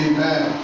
Amen